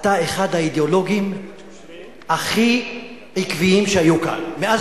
אתה אחד האידיאולוגים הכי עקביים שהיו כאן מאז